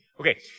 Okay